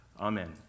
Amen